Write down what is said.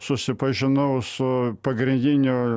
susipažinau su pagrindinio